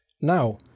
Now